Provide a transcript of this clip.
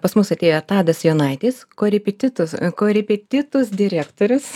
pas mus atėjo tadas jonaitis koripititus a korepetitus direktorius